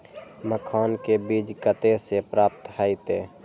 मखान के बीज कते से प्राप्त हैते?